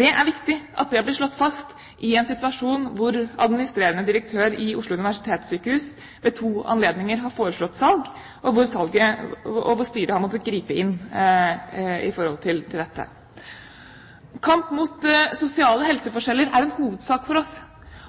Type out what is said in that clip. Det er viktig at det blir slått fast i en situasjon hvor administrerende direktør ved Oslo universitetssykehus ved to anledninger har foreslått salg og styret har måttet gripe inn mot dette. Kamp mot sosiale helseforskjeller er en hovedsak for oss,